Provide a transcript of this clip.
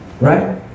right